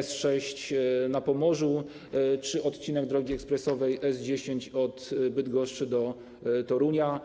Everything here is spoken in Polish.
S6 na Pomorzu czy odcinek drogi ekspresowej S10 od Bydgoszczy do Torunia.